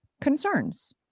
concerns